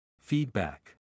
Feedback